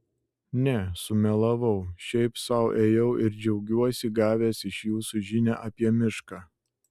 ne sumelavau šiaip sau ėjau ir džiaugiuosi gavęs iš jūsų žinią apie mišką